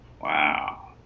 Wow